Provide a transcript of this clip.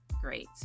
great